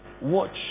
watch